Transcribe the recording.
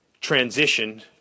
transition